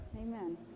Amen